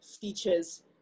features